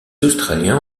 australiens